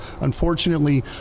unfortunately